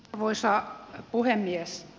arvoisa puhemies